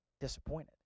disappointed